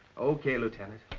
okay, lieutenant.